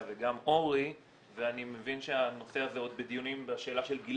וגם עומרי ואני מבין שהנושא הזה עוד בדיונים בשאלה של גיל